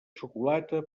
xocolata